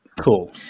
cool